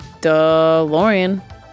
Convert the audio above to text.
DeLorean